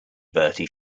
bertie